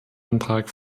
antrag